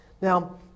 Now